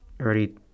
already